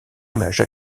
image